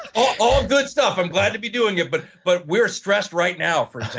all good stuff i'm glad to be doing it but but we're stressed right now, for